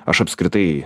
aš apskritai